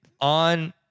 On